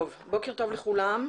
בוקר טוב לכולם.